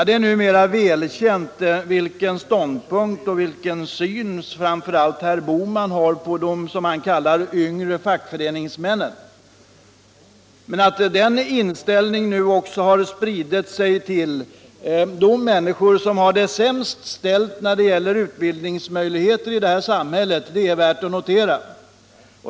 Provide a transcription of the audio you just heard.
Det är numera välkänt vilken syn framför allt herr Bohman har på dem som han kallar yngre fackföreningsmän, men att den synen nu också omfattar de människor som har det sämst ställt när det gäller utbildningsmöjligheter är värt att notera.